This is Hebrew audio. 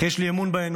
אך יש לי אמון באנושות.